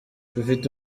dufite